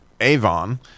avon